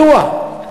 מדוע?